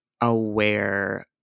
aware